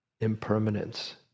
impermanence